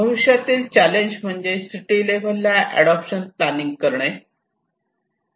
भविष्यातील चॅलेंज म्हणजे सिटी लेव्हलला अडॉप्टेशन प्लॅनिंग करणे